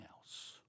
else